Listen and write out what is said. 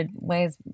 ways